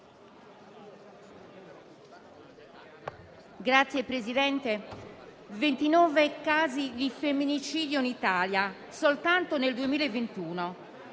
29 casi di femminicidio in Italia soltanto nel 2021: